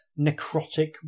necrotic